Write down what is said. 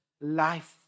life